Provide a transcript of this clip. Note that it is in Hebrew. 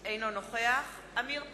אינו נוכח עמיר פרץ,